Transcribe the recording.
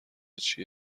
چیه